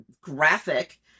graphic